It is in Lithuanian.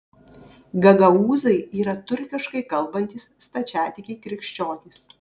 gagaūzai yra turkiškai kalbantys stačiatikiai krikščionys